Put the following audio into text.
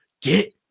get